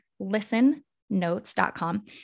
Listennotes.com